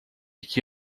que